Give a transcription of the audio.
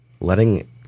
letting